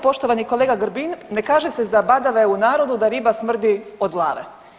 Poštovani kolega Grbin ne kaže se zabadave u narodu da riba smrdi od glave.